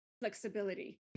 flexibility